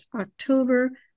October